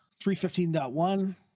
315.1